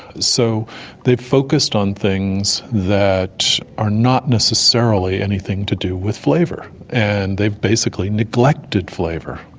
so they focused on things that are not necessarily anything to do with flavour, and they've basically neglected flavour.